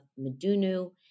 Medunu